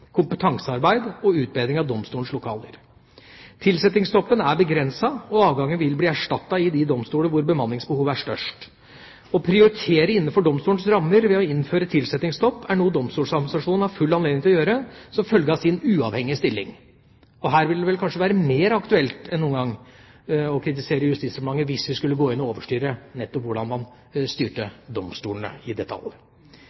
kompetansearbeid og utbedring av domstolenes lokaler. Tilsettingsstoppen er begrenset, og avganger vil bli erstattet i de domstoler der bemanningsbehovet er størst. Å prioritere innenfor domstolenes rammer ved å innføre tilsettingsstopp er noe Domstoladministrasjonen har full anledning til å gjøre som følge av sin uavhengige stilling. Her vil det vel kanskje være mer aktuelt enn noen gang å kritisere Justisdepartementet hvis vi skulle gå inn og overstyre hvordan man